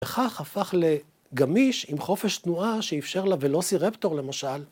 ‫וכך הפך לגמיש עם חופש תנועה ‫שאפשר לה ולא סירפטור, למשל.